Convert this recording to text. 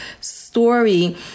story